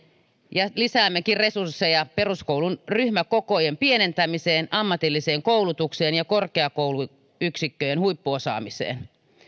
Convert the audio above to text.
ja lisäämmekin resursseja peruskoulun ryhmäkokojen pienentämiseen ammatilliseen koulutukseen ja korkeakouluyksikköjen huippuosaamiseen